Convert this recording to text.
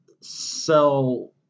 sell